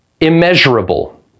immeasurable